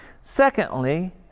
Secondly